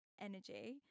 energy